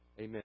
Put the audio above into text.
Amen